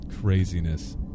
Craziness